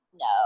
No